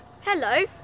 Hello